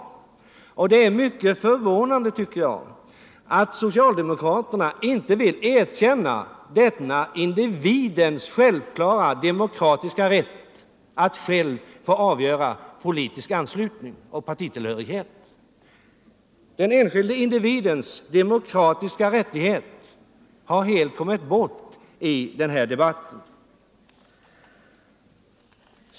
Jag tycker det är mycket förvånande att socialdemokraterna inte vill erkänna denna individens demokratiska rätt att själv få avgöra politisk anslutning och partitillhörighet. Den enskilde individens demokratiska rättighet har helt kommit bort i denna debatt.